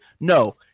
No